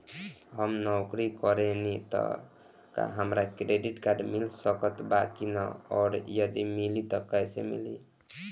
हम नौकरी करेनी त का हमरा क्रेडिट कार्ड मिल सकत बा की न और यदि मिली त कैसे मिली?